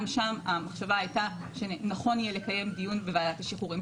גם שם המחשבה הייתה שנכון יהיה לקיים דיון בוועדת השחרורים.